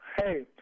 hey